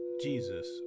Jesus